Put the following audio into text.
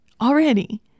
already